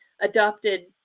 adopted